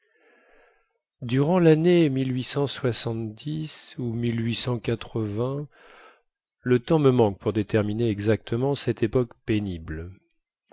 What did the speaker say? durant l'année le temps me manque pour déterminer exactement cette époque pénible